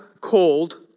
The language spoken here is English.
called